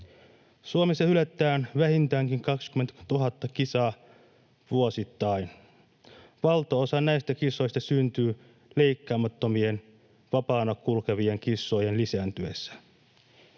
Suomessa hylätään vähintäänkin 20 000 kissaa vuosittain. Valtaosa näistä kissoista syntyy leikkaamattomien, vapaana kulkevien kissojen lisääntyessä.